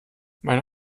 mein